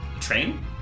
Train